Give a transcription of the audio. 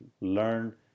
learn